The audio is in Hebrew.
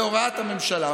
בהוראת הממשלה.